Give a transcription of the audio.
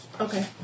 Okay